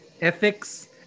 Ethics